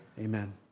Amen